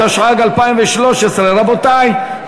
התשע"ג 2013: רבותי,